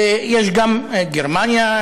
ויש גם את גרמניה,